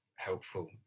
helpful